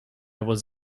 was